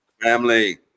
family